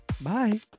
Bye